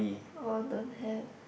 oh don't have